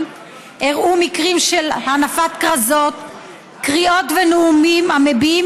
אירעו מקרים של הנפת כרזות וקריאות ונאומים המביעים